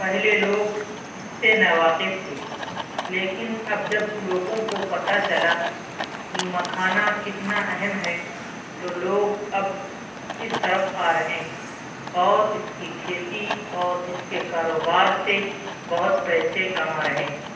پہلے لوگ اس سے ناواقف تھے لیکن اب جب لوگوں کو پتہ چلا کہ مکھانا کتنا اہم ہے تو لوگ اب اس طرف آ رہے ہیں اور اس کی کھیتی اور اس کے کاروبار سے بہت پیسے کما رہے ہیں